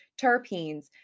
terpenes